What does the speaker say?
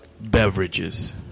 beverages